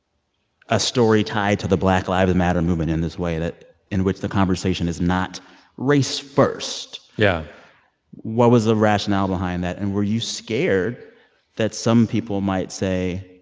a story tied to the black lives matter movement in this way that in which the conversation is not race first yeah what was the rationale behind that? and were you scared that some people might say,